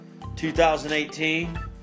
2018